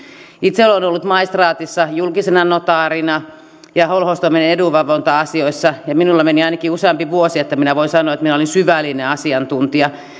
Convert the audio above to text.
itse olen ollut maistraatissa julkisena notaarina ja holhoustoimen edunvalvonta asioissa ja ainakin minulta meni useampi vuosi että minä voin sanoa että minä olen syvällinen asiantuntija